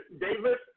Davis